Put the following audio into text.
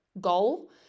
goal